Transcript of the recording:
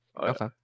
Okay